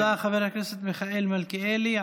תודה, חבר הכנסת מיכאל מלכיאלי.